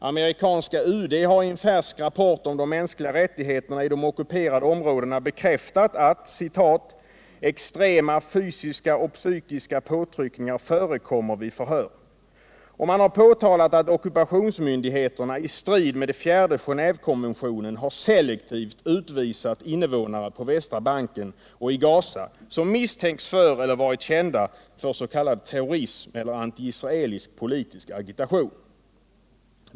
Amerikanska UD har i en färsk rapport om de mänskliga rättigheterna i de ockuperade områdena bekräftat att ”extrema fysiska och psykiska påtryckningar förekommer vid förhör” och påtalat att ockupationsmyndigheterna ”i strid med fjärde Genévekonventionen har selektivt utvisat invånare på Västra Banken och i Ghaza, som misstänkts för eller varit kända för terrorism eller antiisraelisk politisk agitation”.